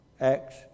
Acts